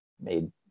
made